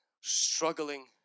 struggling